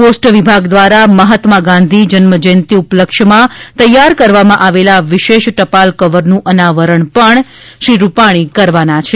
post વિભાગ દ્વારા મહાત્મા ગાંધી જન્મજયંતિ ઉપલક્ષ્યમાં તૈયાર કરવામાં આવેલા વિશેષ ટપાલ કવરનું અનાવરણ પણ શ્રી રૂપાણી કરવાના છે